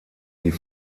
die